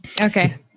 Okay